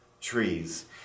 trees